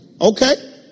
Okay